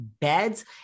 beds